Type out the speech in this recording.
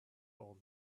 all